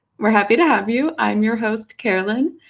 we are happy to have you. i'm your host, carolyn,